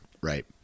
Right